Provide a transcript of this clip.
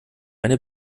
eine